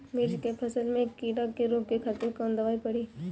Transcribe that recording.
मिर्च के फसल में कीड़ा के रोके खातिर कौन दवाई पड़ी?